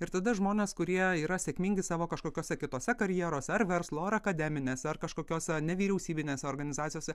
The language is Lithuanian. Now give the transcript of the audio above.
ir tada žmonės kurie yra sėkmingi savo kažkokiose kitose karjerose ar verslo ar akademinėse ar kažkokiose nevyriausybinėse organizacijose